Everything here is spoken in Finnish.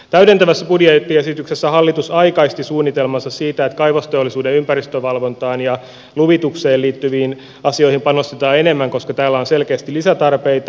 täydentävässä budjettiesityksessä hallitus aikaisti suunnitelmaansa siitä että kaivosteollisuuden ympäristövalvontaan ja luvitukseen liittyviin asioihin panostetaan enemmän koska täällä on selkeästi lisätarpeita